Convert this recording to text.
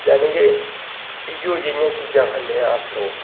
जानी के इ'यो जेइयां चीजां खन्ने आं अस लोग